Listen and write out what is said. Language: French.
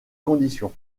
conditions